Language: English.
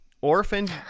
orphaned